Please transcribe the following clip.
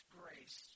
grace